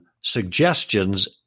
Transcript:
suggestions